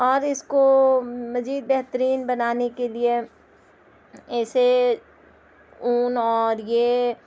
اور اس کو مزید بہترین بنانے کے لیے ایسے اون اور یہ